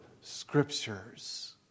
scriptures